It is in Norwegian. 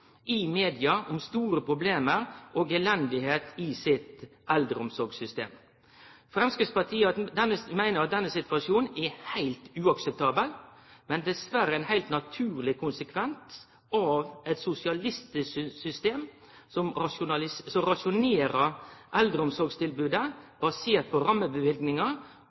i media om store problem og elende i sitt eldreomsorgssystem. Framstegspartiet meiner at denne situasjonen er heilt uakseptabel, men dessverre ein heilt naturleg konsekvens av eit sosialistisk system som rasjonerer eldreomsorgstilbodet basert på